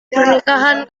pernikahan